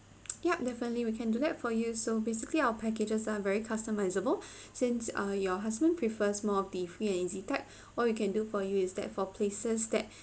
yup definitely we can do that for you so basically our packages are very customizable since uh your husband prefers more be free and easy type all we can do for you is that for places that